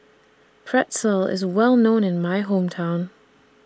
Pretzel IS Well known in My Hometown